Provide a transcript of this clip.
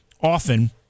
often